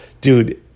dude